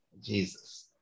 Jesus